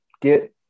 get